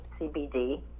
CBD